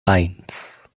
eins